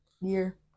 year